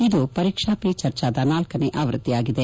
ಇದು ಪರೀಕ್ಸಾ ಪೇ ಚರ್ಚಾ ದ ನಾಲ್ಲನೇ ಆವೃತ್ತಿಯಾಗಿದೆ